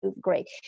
great